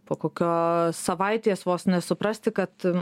po kokios savaitės vos ne suprasti kad